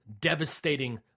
devastating